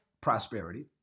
prosperity